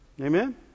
Amen